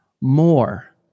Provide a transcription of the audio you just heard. more